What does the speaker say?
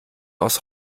aus